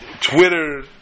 Twitter